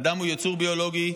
האדם הוא יצור ביולוגי,